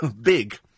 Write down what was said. big